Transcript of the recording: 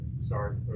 sorry